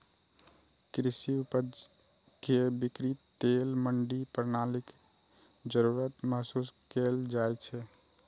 कृषि उपज के बिक्री लेल मंडी प्रणालीक जरूरत महसूस कैल जाइ छै